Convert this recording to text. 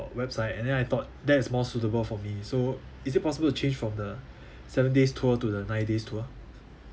website and then I thought that is more suitable for me so is it possible to change from the seven days tour to the nine days tour